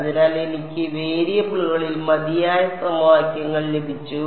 അതിനാൽ എനിക്ക് വേരിയബിളുകളിൽ മതിയായ സമവാക്യങ്ങൾ ലഭിച്ചു